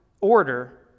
order